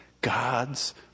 God's